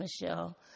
Michelle